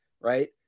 Right